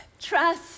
Trust